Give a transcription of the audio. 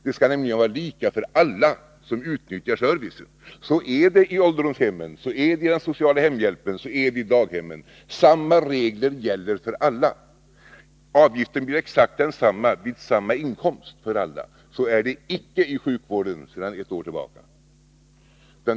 Det skall nämligen vara lika för alla som utnyttjar servicen. Så är det i fråga om ålderdomshemmen, den sociala hemhjälpen och daghemmen. Samma regler gäller för alla. Avgiften blir exakt densamma för alla vid samma inkomst. Så är det icke i sjukvården sedan ett år tillbaka.